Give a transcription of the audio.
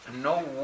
no